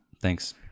Thanks